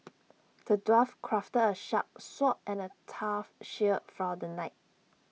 the dwarf crafted A sharp sword and A tough shield for the knight